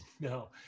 No